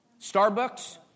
Starbucks